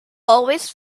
always